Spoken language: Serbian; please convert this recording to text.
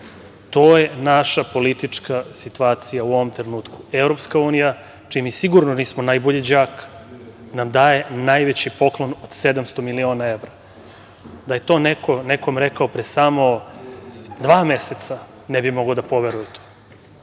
To je naša politička situacija u ovom trenutku. Evropska unija, čiji mi sigurno nismo najbolji đak, nam daje najveći poklon od 700 miliona evra. Da je to neko nekome rekao pre samo dva meseca, ne bi mogao da poveruje u